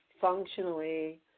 functionally